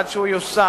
עד שהוא יושם,